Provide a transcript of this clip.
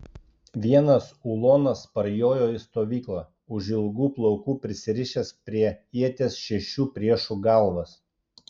vienas ulonas parjojo į stovyklą už ilgų plaukų prisirišęs prie ieties šešių priešų galvas